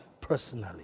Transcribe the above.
personally